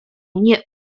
nie